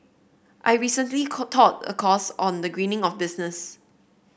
I recently taught a course on the greening of business